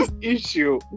issue